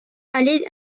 aller